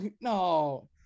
no